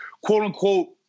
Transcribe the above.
quote-unquote